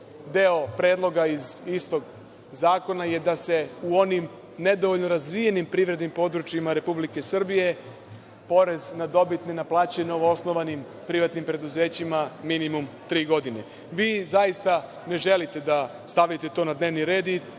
deo predloga iz istog zakona je da se u onim nedovoljno razvijenim privrednim područjima Republike Srbije porez na dobit ne naplaćuje novoosnovanim privatnim preduzećima minimum tri godine. Vi zaista ne želite to da stavite na dnevni red